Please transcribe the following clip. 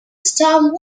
storm